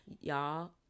Y'all